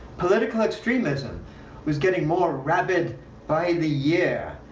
political extremism was getting more rabid by the year,